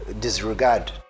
disregard